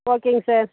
ஓகேங்க சார்